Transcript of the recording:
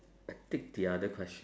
I take the other question